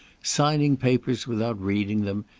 signing papers without reading them,